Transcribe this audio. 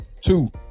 Two